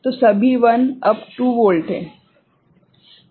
तो सभी 1 अब 2 वोल्ट है